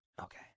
Okay